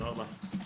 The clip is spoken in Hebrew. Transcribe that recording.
תודה רבה.